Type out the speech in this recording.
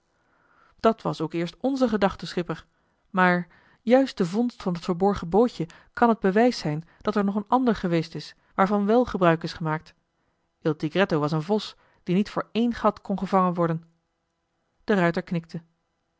scheepsjongen van michiel de ruijter juist de vondst van het verborgen bootje kan het bewijs zijn dat er nog een ander geweest is waarvan wèl gebruik is gemaakt il tigretto was een vos die niet voor één gat kon gevangen worden de ruijter